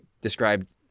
described